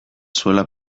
zuela